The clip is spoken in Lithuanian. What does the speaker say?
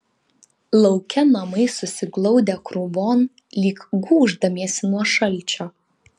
lauke namai susiglaudę krūvon lyg gūždamiesi nuo šalčio